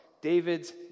David's